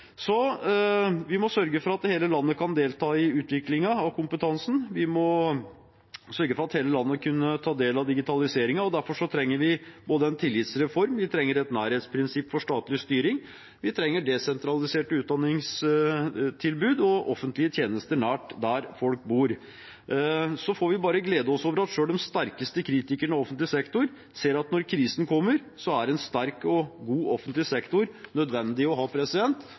Vi må sørge for at hele landet kan delta i utviklingen av kompetansen. Vi må sørge for at hele landet kan ta del i digitaliseringen. Derfor trenger vi både en tillitsreform, et nærhetsprinsipp for statlig styring, desentraliserte utdanningstilbud og offentlige tjenester nær der folk bor. Så får vi bare glede oss over at selv de sterkeste kritikerne av offentlig sektor ser at når krisen kommer, er en sterk og god offentlig sektor nødvendig å ha